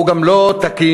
הוא גם לא תקין,